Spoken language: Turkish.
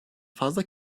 fazla